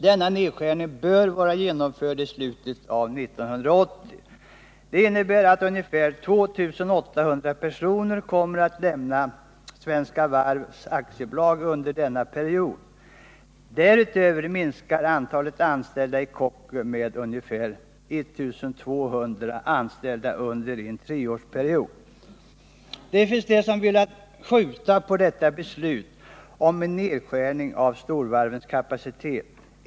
Denna nedskärning bör vara genomförd i slutet av 1980. Det innebär att ungefär 2 800 personer kommer att lämna Svenska Varv AB under denna period. Dessutom minskar under en treårsperiod antalet anställda vid Kockums med ungefär 1 200 anställda. Det finns personer som har velat skjuta upp detta beslut om nedskärning av storvarvens kapacitet.